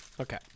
Okay